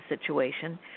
situation